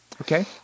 Okay